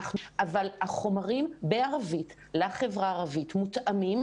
אבל החומרים בערבית לחברה הערבית מותאמים